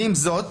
ועם זאת,